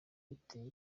biteye